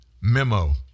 memo